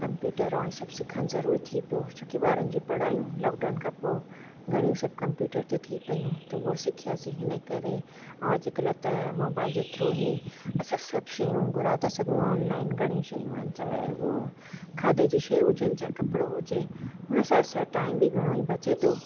computer ऐं हे सभु सिखणु ज़रूरी थी पियो छो की ॿारनि जी पढ़ायूं लॉकडाउन खां पोइ घणियूं सभु कंप्यूटर ते थी पियूं त उहो सिखियासीं हिन करे ऐं अॼुकल्ह त मोबाइल जे थ्रू ई असां सभु शयूं घुराए था सघूं ऑनलाइन घणी शयूं आहिनि चाहे उहे खाधे जी शयूं हुजनि चाहे कपिड़ो हुजे हुन सां असां टाइम बि घणो ई बचे थो